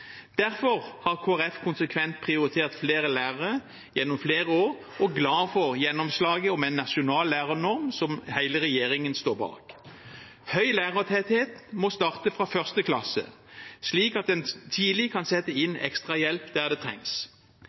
Derfor har Kristelig Folkeparti konsekvent prioritert flere lærere gjennom flere år og er glad for gjennomslaget om en nasjonal lærernorm, som hele regjeringen står bak. Høy lærertetthet må starte fra 1. klasse, slik at en tidlig kan sette inn ekstra hjelp der det trengs.